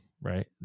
right